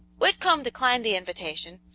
whitcomb declined the invitation,